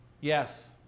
yes